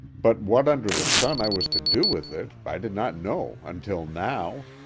but what under the sun i was to do with it, i did not know until now.